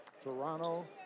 Toronto